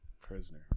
Prisoner